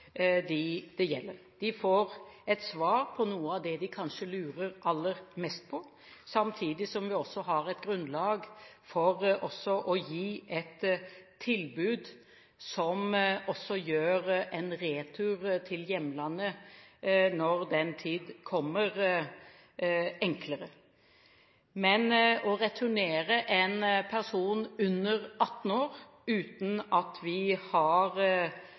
De får et svar på noe av det de kanskje lurer aller mest på, samtidig som vi også har et grunnlag for å gi et tilbud som også gjør en retur til hjemlandet når den tid kommer, enklere. Men å returnere en person under 18 år uten at vi har